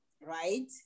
right